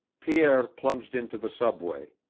pierre plunged into the subway.